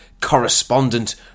correspondent